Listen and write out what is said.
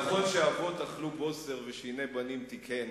נכון שאבות אכלו בוסר ושיני בנים תקהינה,